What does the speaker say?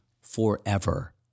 forever